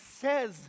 says